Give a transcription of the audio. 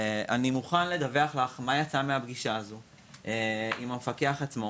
אני מוכן לדווח לך מה יצא מהפגישה הזאת עם המפקח עצמו,